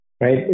right